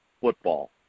football